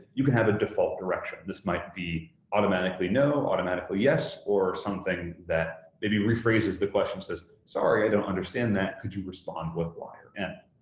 you can have a default direction. this might be automatically no, automatically yes, or something that maybe rephrases the question, says, sorry, i don't understand that, could you respond with y or n?